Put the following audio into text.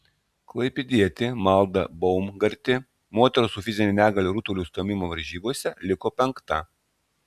klaipėdietė malda baumgartė moterų su fizine negalia rutulio stūmimo varžybose liko penkta